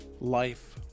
Life